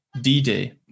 D-Day